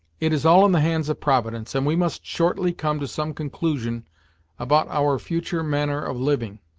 it is all in the hands of providence, and we must shortly come to some conclusion about our future manner of living.